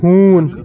ہوٗن